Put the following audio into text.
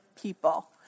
people